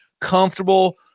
comfortable